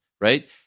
right